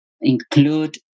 include